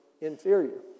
inferior